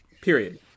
period